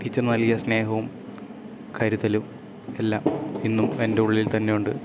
teacher നല്കിയ സ്നേഹവും കരുതലും എല്ലാം ഇന്നും എൻ്റെ ഉള്ളിൽ തന്നെ ഉണ്ട്